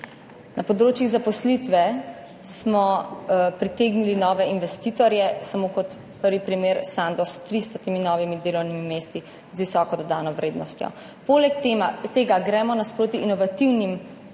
Na področjih zaposlitve smo pritegnili nove investitorje. Samo kot prvi primer – Sandoz s 300 novimi delovnimi mesti z visoko dodano vrednostjo. Poleg tega gremo nasproti inovativnim